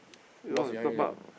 you don't want to top up